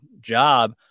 job